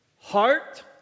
heart